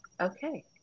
Okay